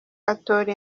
atora